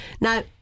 Now